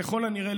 ככל הנראה,